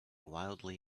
wildly